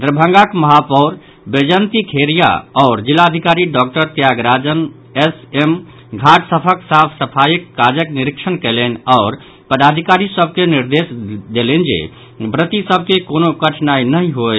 दरभंगा महापौर बैजंती खेरिय आओर जिलाधिकारी डॉक्टर त्यागराजन एस एम घाट सभक साफ सफाईक काजक निरीक्षण कयलनि आओर पदाधिकारी सभ के निर्देश देलनि जे व्रती सभ के कोनो कठिनाई नहि होय